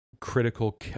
critical